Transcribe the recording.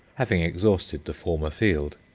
having exhausted the former field.